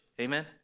amen